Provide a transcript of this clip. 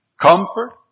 Comfort